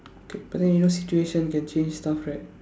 okay but then in your situation can change stuff right